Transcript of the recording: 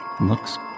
Looks